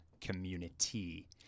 community